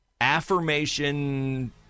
affirmation